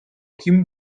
kim